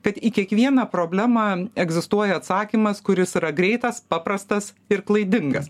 kad į kiekvieną problemą egzistuoja atsakymas kuris yra greitas paprastas ir klaidingas